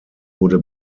wurde